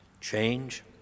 Change